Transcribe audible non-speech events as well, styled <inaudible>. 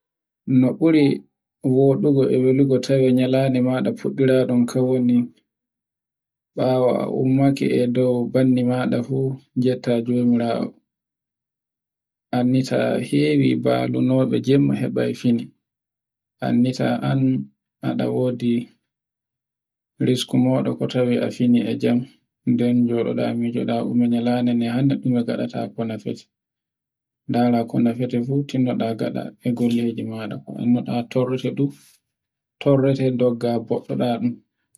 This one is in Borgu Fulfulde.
<noise> No buri woɗugo e welugo tawe nyande maɗa fuɗɗirai ɗun kan woni bawo a ammake e dow banni maɗa fu getta jomiraawo. Anni ta hewi mbaluno ɗo jemma hebai fini, anni ta an ada wodi risko moɗo ko tawe a fini jam. Nde joɗoɗa a mijo ɗa ummina nyande hande ɗume ngaɗata ko nefete. ndara ko nefeta fu, tinoɗa gaɗa e golleje maɗa, ko annduɗa torrete fu, <noise> torreta boɗɗa ɗum